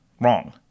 wrong